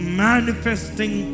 manifesting